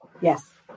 Yes